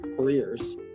careers